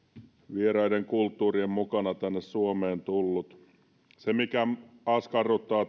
vieraiden kulttuurien mukana tänne suomeen tullut mikä askarruttaa